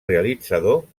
realitzador